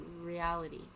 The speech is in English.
reality